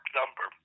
number